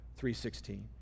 3.16